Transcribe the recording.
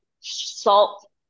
salt